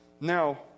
Now